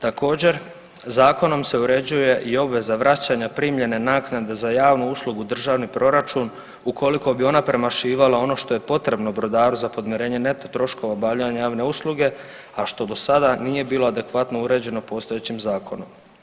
Također, zakonom se uređuje i obveza vraćanja primljene naknade za javnu uslugu u državni proračun ukoliko bi ona premašivala ono što je potrebno brodaru za podmirenje neto troškova obavljanja javne usluge, a što do sada nije bilo adekvatno uređeno postojećim zakonom.